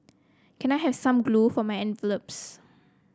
can I have some glue for my envelopes